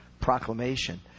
proclamation